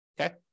Okay